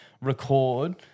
record –